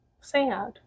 sad